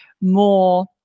more